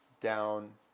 down